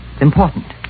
important